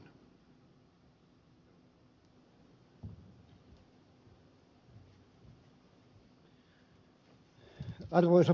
arvoisa puhemies